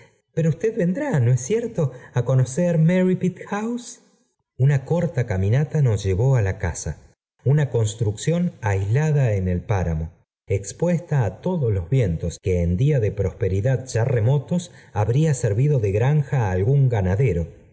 pero usted vendrá no es cierto á conocer merripit house una corta oaminata nos llevó á la casa una construcción aislada en el páramo expuesta á todos los vientos que en días de prosperidad ya remotos habría servido de granja á algún ganadero